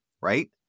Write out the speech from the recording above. Right